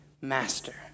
master